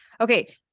Okay